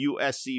USC